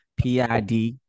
PID